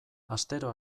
astero